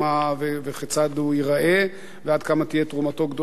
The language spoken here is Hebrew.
כיצד הוא ייראה ועד כמה תהיה תרומתו גדולה,